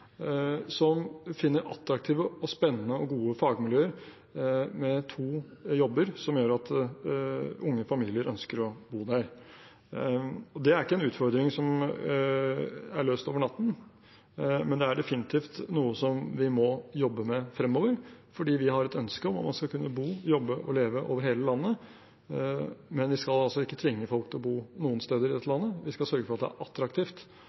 som finner attraktive, spennende og gode fagmiljøer, med to jobber som gjør at unge familier ønsker å bo der. Det er ikke en utfordring som er løst over natten, men det er definitivt noe som vi må jobbe med fremover, fordi vi har et ønske om at man skal kunne bo, jobbe og leve over hele landet. Men vi skal altså ikke tvinge folk til å bo noen steder i dette landet. Vi skal sørge for at det er attraktivt